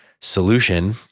solution